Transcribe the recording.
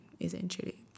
essentially